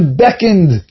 beckoned